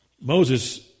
Moses